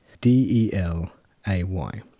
D-E-L-A-Y